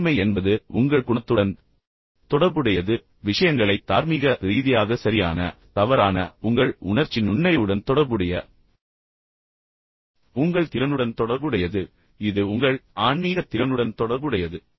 நேர்மை என்பது உங்கள் குணத்துடன் தொடர்புடையது விஷயங்களை தார்மீக ரீதியாக சரியான தவறான உங்கள் உணர்ச்சி நுண்ணறிவுடன் தொடர்புடைய உங்கள் திறனுடன் தொடர்புடையது இது உங்கள் ஆன்மீக திறனுடன் தொடர்புடையது